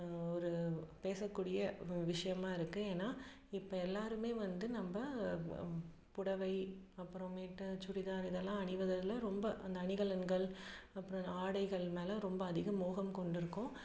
ஒரு பேசக்கூடிய ஒரு விஷயமா இருக்குது ஏனால் இப்போ எல்லோருமே வந்து நம்ப புடவை அப்புறமேட்டு சுடிதார் இதெல்லாம் அணிவதில் ரொம்ப அந்த அணிகலன்கள் அப்புறம் ஆடைகள் மேலே ரொம்ப அதிக மோகம் கொண்டிருக்கோம்